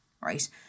right